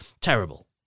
terrible